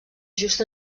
just